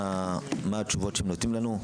מה התשובות שהם נותנים לנו.